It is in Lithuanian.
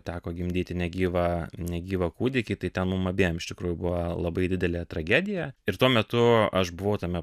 teko gimdyti negyvą negyvą kūdikį tai ten mum abiem iš tikrųjų buvo labai didelė tragedija ir tuo metu aš buvau tame